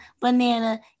Banana